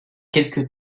quelque